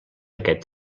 aquest